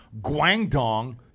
Guangdong